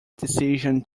decision